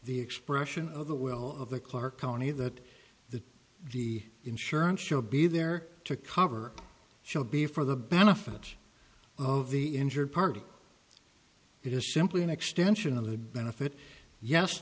the expression of the will of the clark county that that the insurance should be there to cover shelby for the benefit of the injured party it is simply an extension of the benefit yes